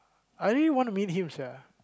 I really want to meet him sia